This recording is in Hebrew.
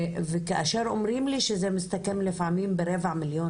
וכאשר אומרים לי שזה מסתכם לפעמים ברבע מיליון